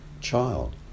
child